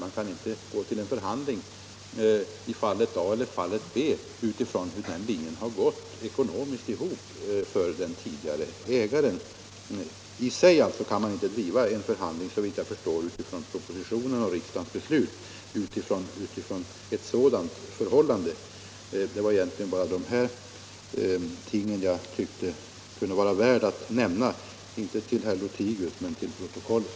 Man kan således inte gå till en förhandling i fallet A eller i fallet B och hänvisa till hur den eller den busslinjen har gått ihop ekonomiskt för den tidigare ägaren. Man kan såvitt jag förstår i och för sig inte driva en förhandling som grundas på propositionen och riksdagens beslut med utgångspunkt i ett sådant förhållande. — Det var egentligen bara dessa saker jag tyckte det kunde vara värt att nämna, inte till herr Lothigius, men till protokollet.